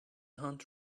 hunt